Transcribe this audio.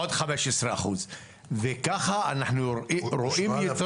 עוד חמש עשרה אחוז וככה אנחנו רואים יתרות.